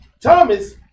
Thomas